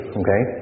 okay